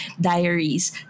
Diaries